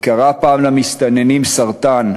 היא קראה פעם למסתננים סרטן,